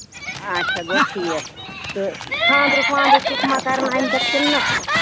آچھا گوٚو ٹھیٖک تہٕ خاندرُک واندرُک تہِ مہ کرن اَمہِ پَتہٕ کِنہٕ نہ